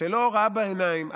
שלא ראה בעיניים,